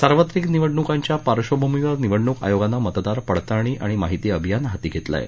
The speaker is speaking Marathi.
सार्वत्रिक निवडणुकांच्या पार्डभूमीवर निवडणूक आयोगानं मतदार पडताळणी आणि माहिती अभियान हाती घेतलं आहे